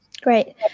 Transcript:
Great